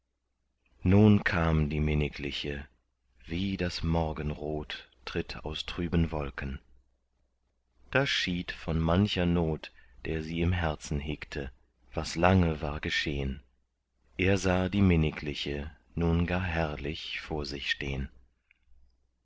nun kam die minnigliche wie das morgenrot tritt aus trüben wolken da schied von mancher not der sie im herzen hegte was lange war geschehn er sah die minnigliche nun gar herrlich vor sich stehn